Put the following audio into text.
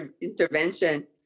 intervention